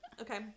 okay